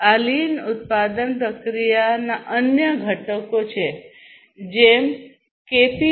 આ લીન ઉત્પાદન પ્રક્રિયાના અન્ય ઘટકો છે જેમ કે પી